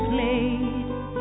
Played